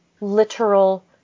literal